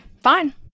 fine